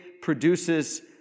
produces